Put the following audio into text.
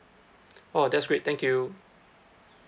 !wah! that's great thank you